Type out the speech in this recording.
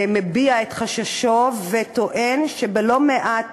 מביע באמת את חששו וטוען שבלא-מעט